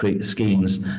schemes